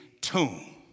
tomb